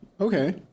Okay